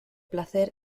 placer